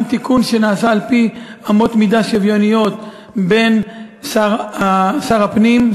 תיקון שנעשה על-פי אמות מידה שוויוניות בין שר הפנים,